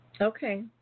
Okay